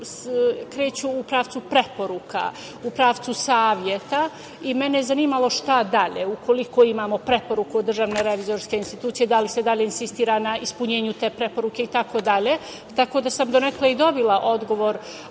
kreću u pravcu preporuka, u pravcu saveta i mene je zanimalo šta dalje - ukoliko imamo preporuku o DRI, da li se dalje insistira na ispunjenju te preporuke itd, tako da sam donekle i dobila odgovor